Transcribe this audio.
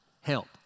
Help